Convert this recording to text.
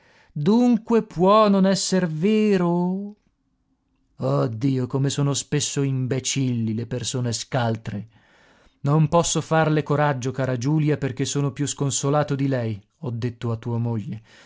dunque può non esser vero oh dio come sono spesso imbecilli le persone scaltre non posso farle coraggio cara giulia perché sono più sconsolato di lei ho detto a tua moglie